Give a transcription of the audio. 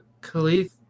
Khalif